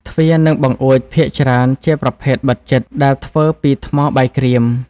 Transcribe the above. ទ្វារ និងបង្អួចភាគច្រើនជាប្រភេទបិទជិត ដែលធ្វើពីថ្មបាយក្រៀម។